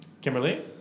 Kimberly